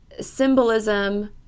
symbolism